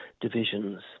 divisions